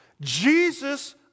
Jesus